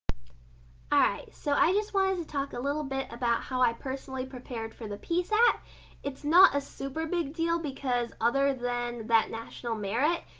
alright, so i just wanted to talk a little bit about how i personally prepared for the psat. it's not a super big deal because other than that national merit,